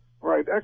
Right